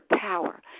power